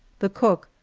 the cook,